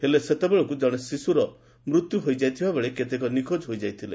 ହେଲେ ସେତେବେଳକୁ ଜଣେ ଶିଶୁର ମୂତ ହୋଇଥିବାବେଳେ କେତେକ ନିଖୋଜ ହୋଇଯାଇଥିଲେ